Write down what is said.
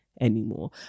anymore